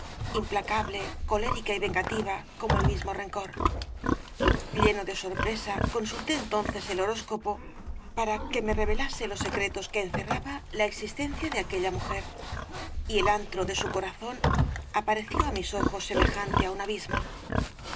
implacable colérica y vengativa como el mismo rencor lleno de sorpresa consulté entonces al horóscopo para que me revelase los secretos que encerraba la existencia de aquella mujer y el antro de su corazón apareció á mis ojos semejante á un abismo